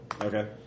Okay